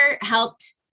helped